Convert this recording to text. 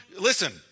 Listen